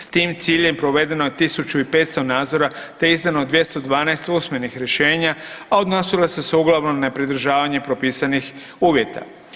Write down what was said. S tim ciljem provedeno je 1500 nadzora te izdano 212 usmenih rješenja, a odnosila su se uglavnom na nepridržavanje propisanih uvjeta.